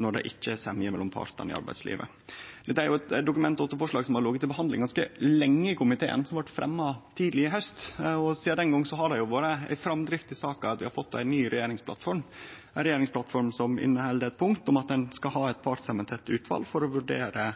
når det ikkje er einigheit mellom partane i arbeidslivet. Dette er eit Dokument 8-forslag som har lege til behandling ganske lenge i komiteen, og som blei fremja tidleg i haust. Sidan den gong har det vore framdrift i saka. Vi har fått ei ny regjeringsplattform, ei regjeringsplattform som inneheld eit punkt om at ein skal ha eit partssamansett utval for å vurdere